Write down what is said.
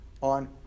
on